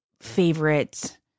favorite